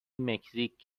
مکزیک